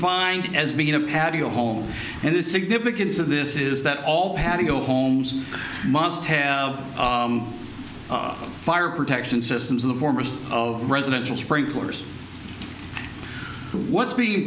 find as being a patio home and the significance of this is that all patio homes must have fire protection systems in the form of residential sprinklers what's being